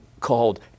called